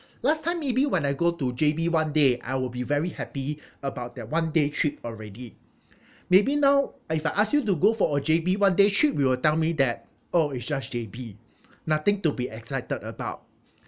last time maybe when I go to J_B one day I will be very happy about that one day trip already maybe now uh if I ask you to go for a J_B one day trip you will tell me that oh it's just J_B nothing to be excited about